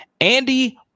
Andy